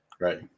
right